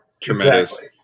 tremendous